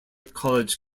college